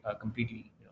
completely